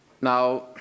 Now